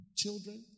children